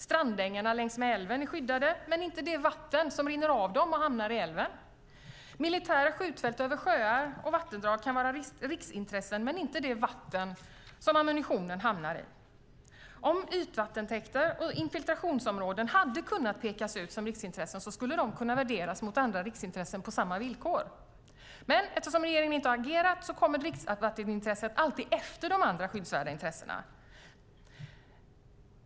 Strandängarna längs älven är skyddade, men inte det vatten som rinner av dem och hamnar i älven. Militära skjutfält över sjöar och vattendrag kan vara riksintressen, men inte det vatten som ammunitionen hamnar i. Om ytvattentäkter och infiltrationsområden hade kunnat pekas ut som riksintressen skulle de kunna värderas mot andra riksintressen på samma villkor. Eftersom regeringen inte har agerat kommer dricksvattenintresset alltid efter de andra skyddsvärda intressena.